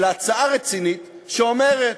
אלא הצעה רצינית שאומרת: